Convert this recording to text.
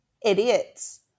idiots